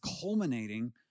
culminating